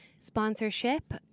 sponsorship